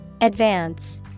Advance